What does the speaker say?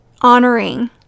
honoring